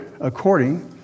according